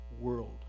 world